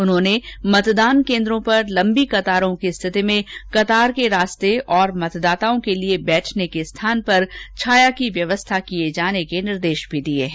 उन्होंने मतदान कोन्द्रों पर लम्बी कतारों की स्थिति में कतार के रास्ते तथा मतदाताओं के लिए बैठने के स्थान पर छाया की व्यवस्था किए जाने के निर्देश भी दिए हैं